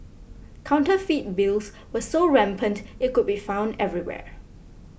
counterfeit bills were so rampant it could be found everywhere